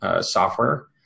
software